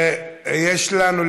ויש לנו,